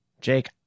Jake